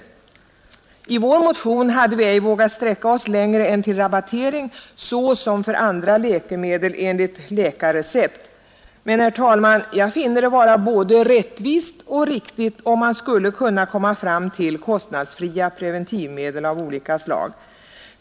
I vår motion hade vi ej vågat sträcka oss längre än till rabattering som för andra läkemedel enligt läkarrecept, men, herr talman, jag finner det vara både rättvist och riktigt, om man skulle kunna komma fram till kostnadsfria preventivmedel av olika slag.